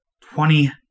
Twenty